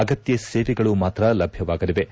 ಅಗತ್ಯ ಸೇವೆಗಳು ಮಾತ್ರ ಲಭ್ಯವಾಗಲಿವೆ